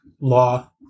law